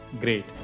Great